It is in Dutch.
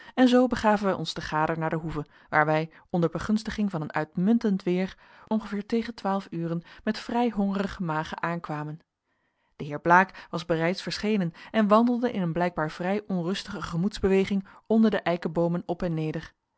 en zoo begaven wij ons te gader naar de hoeve waar wij onder begunstiging van een uitmuntend weer ongeveer tegen twaalf uren met vrij hongerige magen aankwamen de heer blaek was bereids verschenen en wandelde in een blijkbaar vrij onrustige gemoedsbeweging onder de eikeboomen op en neder